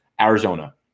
Arizona